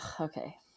okay